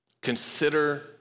Consider